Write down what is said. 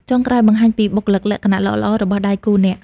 ចុងក្រោយ បង្ហាញពីបុគ្គលិកលក្ខណៈល្អៗរបស់ដៃគូអ្នក។